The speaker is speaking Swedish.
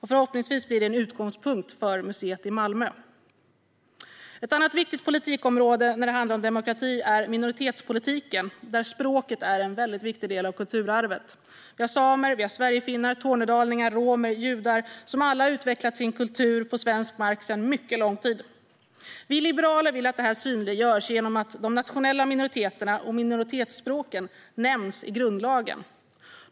Förhoppningsvis blir detta en utgångspunkt för museet i Malmö. Ett annat viktigt politikområde när det handlar om demokrati är minoritetspolitiken, där språket är en viktig del av kulturarvet. Vi har samer, sverigefinnar, tornedalingar, romer och judar som alla har utvecklat sin kultur på svensk mark sedan mycket lång tid. Vi liberaler vill att detta synliggörs genom att de nationella minoriteterna och minoritetsspråken nämns i grundlagen.